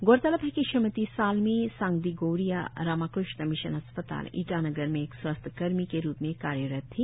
गौरतलब है कि श्रीमती सालमी सांगदीगोरिया रामा कृष्णा मिशन अस्पताल ईटानगर में एक स्वास्थ्य कर्मी के रुप में कार्यरथ थी